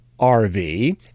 RV